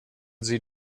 sie